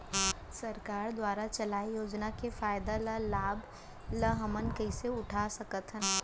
सरकार दुवारा चलाये योजना के फायदा ल लाभ ल हमन कइसे उठा सकथन?